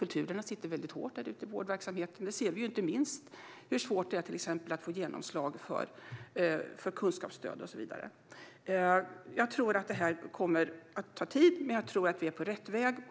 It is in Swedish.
Kulturen sitter väldigt hårt ute i vårdverksamheten - vi ser till exempel hur svårt det är att få genomslag för kunskapsstöd. Jag tror att detta kommer att ta tid, men jag tror att vi är på rätt väg.